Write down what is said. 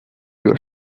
your